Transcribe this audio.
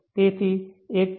તેથી તે 1